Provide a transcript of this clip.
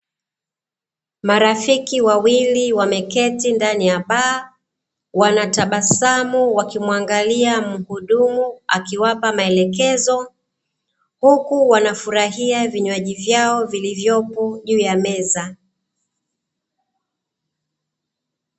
Marafiki wawili wameketi ndani ya baa, wanatabasamu wakimwangalia mhudumu akiwapa maelekezo, huku wanafurahia vinywaji vyao vilivyopo juu ya meza.